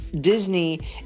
disney